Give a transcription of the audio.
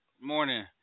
morning